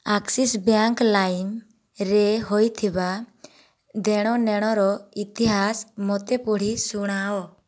Axis bank ଲାଇମ୍ରେ ହୋଇଥିବା ଦେଣ ନେଣର ଇତିହାସ ମୋତେ ପଢ଼ି ଶୁଣାଅ